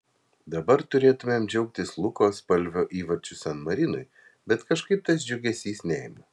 dabar turėtumėm džiaugtis luko spalvio įvarčiu san marinui bet kažkaip tas džiugesys neima